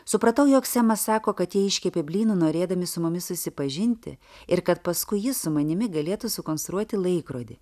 supratau jog semas sako kad jie iškepė blynų norėdami su mumis susipažinti ir kad paskui jis su manimi galėtų sukonstruoti laikrodį